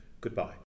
goodbye